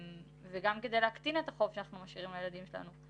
וגם כדי להקטין את החוב שאנחנו משאירים לילדים שלנו.